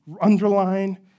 underline